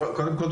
קודם כול,